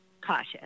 cautious